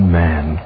man